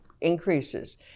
increases